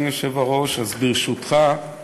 החוק אושר כנדרש בשלוש קריאות.